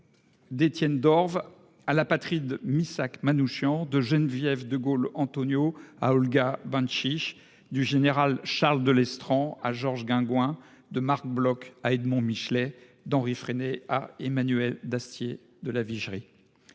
d'Estienne d'Orves à l'apatride Missak Manouchian, de Geneviève de Gaulle-Anthonioz à Olga Bancic, du général Charles Delestraint à Georges Guingouin, de Marc Bloch à Edmond Michelet, d'Henri Frenay à Emmanuel d'Astier de La Vigerie.